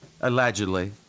allegedly